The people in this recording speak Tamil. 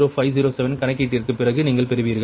0507 கணக்கீட்டிற்குப் பிறகு நீங்கள் பெறுவீர்கள்